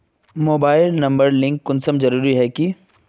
Mobile number link जरुरी कुंसम है की?